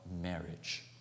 marriage